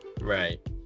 Right